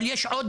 אבל יש עוד